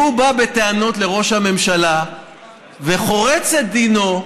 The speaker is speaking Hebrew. והוא בא בטענות לראש הממשלה וחורץ את דינו,